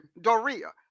doria